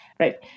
Right